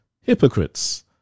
hypocrites